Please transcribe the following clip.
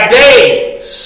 days